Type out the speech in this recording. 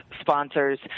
sponsors –